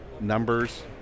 numbers